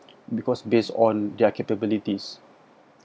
because based on their capabilities